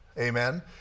Amen